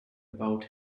about